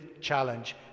challenge